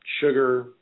sugar